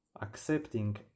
Accepting